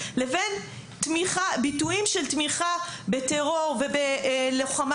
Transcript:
לבין ביטויים של תמיכה בטרור ובלוחמה